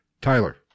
Tyler